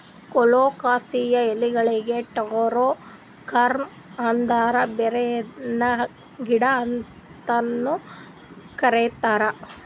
colocasia ಎಲಿಗೊಳಿಗ್ taro corm ಅಂದುರ್ ಬೇರಿನ ಗಿಡ ಅಂತನು ಕರಿತಾರ್